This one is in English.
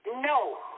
No